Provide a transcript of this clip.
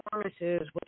performances